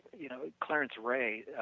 you know, clarence ray.